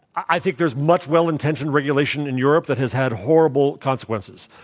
i think there's much well-intentioned regulation in europe that has had horrible consequences.